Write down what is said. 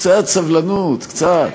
קצת סבלנות, קצת.